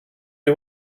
you